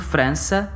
França